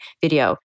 video